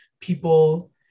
people